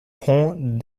pont